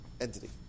entity